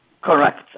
correct